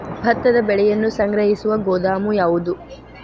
ಭತ್ತದ ಬೆಳೆಯನ್ನು ಸಂಗ್ರಹಿಸುವ ಗೋದಾಮು ಯಾವದು?